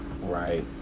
right